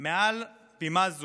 מעל בימה זו,